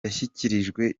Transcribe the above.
yashyikirijwe